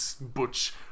butch